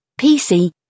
PC